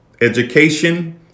Education